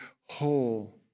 whole